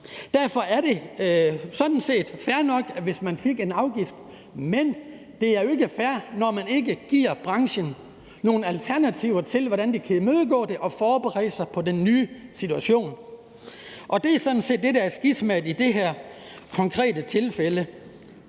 Derfor er det sådan set fair nok, hvis man fik en afgift, men det er jo ikke fair, når man ikke giver branchen nogle alternativer til, hvordan de kan imødekomme det og forberede sig på den nye situation. Det sådan set det, der er skismaet i det her konkrete tilfælde.